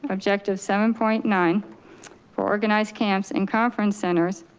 objective seven point nine for organized camps and conference centers,